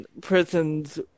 Prisons